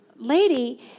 Lady